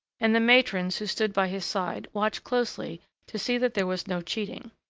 and the matrons, who stood by his side, watched closely to see that there was no cheating.